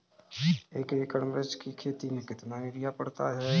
एक एकड़ मिर्च की खेती में कितना यूरिया पड़ता है?